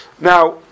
Now